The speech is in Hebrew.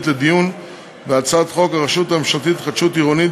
לדיון בהצעת חוק הרשות הממשלתית להתחדשות עירונית,